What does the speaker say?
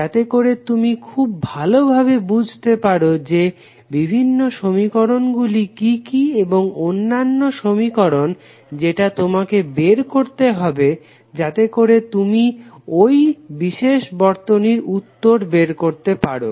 যাতেকরে তুমি খুব ভালো ভাবে বুঝতে পারো যে বিভিন্ন সমীকরণগুলি কি কি বা অনন্য সমীকরণ যেটা তোমাকে বের করতে হবে যাতেকরে তুমি ঐ বিশেষ বর্তনীর উত্তর বের করতে পারো